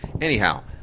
Anyhow